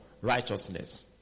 righteousness